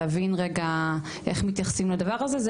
להבין רגע אולי איך מתייחסים לדבר הזה.